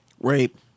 rape